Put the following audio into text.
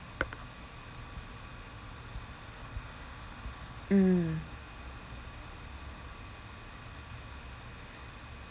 mm